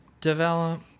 develop